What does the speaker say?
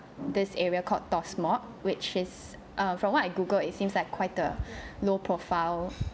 this area called tor smot which is err from what I googled it seems like quite a low profile